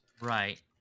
Right